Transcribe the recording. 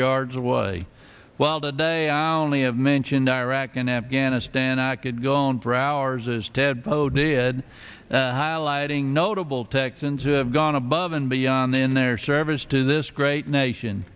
yards away well today i only have mentioned iraq and afghanistan i could go on for hours as ted poe did highlighting notable texans gone above and beyond in their service to this great nation